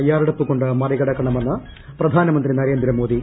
തയ്യാറെടുപ്പു കൊണ്ട് മറികടക്കണമെന്ന് പ്രധാനമന്ത്രി നരേന്ദ്ര മോദി